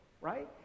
right